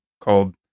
called